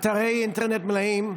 אתרי אינטרנט מלאים,